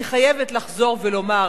אני חייבת לחזור ולומר